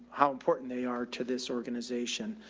how important they are to this organization.